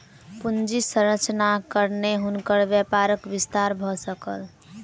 पूंजी संरचनाक कारणेँ हुनकर व्यापारक विस्तार भ सकल